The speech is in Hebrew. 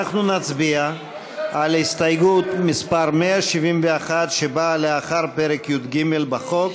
אנחנו נצביע על הסתייגות מס' 171 שבאה לאחר פרק י"ג בחוק.